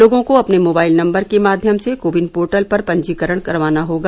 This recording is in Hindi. लोगों को अपने मोबाइल नम्बर में माध्यम से कोविन पोर्टल पर पंजीकरण करवाना होगा